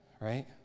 right